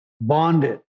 bonded